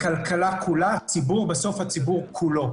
הכלכלה כולה ובסוף הציבור כולו.